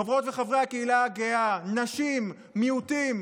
חברות וחברי הקהילה הגאה, נשים, מיעוטים,